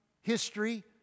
history